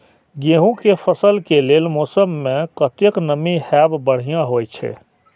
गेंहू के फसल के लेल मौसम में कतेक नमी हैब बढ़िया होए छै?